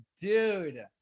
dude